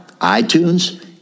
iTunes